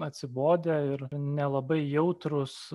atsibodę ir nelabai jautrūs